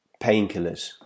painkillers